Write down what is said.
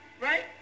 right